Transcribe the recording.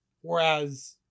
Whereas